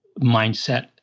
mindset